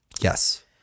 Yes